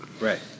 right